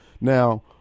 Now